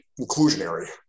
inclusionary